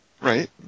Right